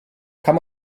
kann